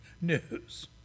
news